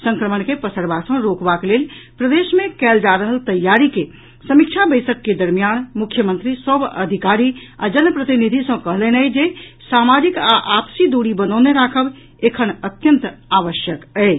संक्रमण के पसरबा सँ रोकबाक लेल प्रदेश मे कयल जा रहल तैयारी के समीक्षा बैसक के दरमियान मुख्यमंत्री सभ अधिकारी आ जनप्रतिनिधि सँ कहलनि अछि जे सामाजिक आ आपसी दूरी बनोने राखब एखन अत्यंत आवश्यक अछि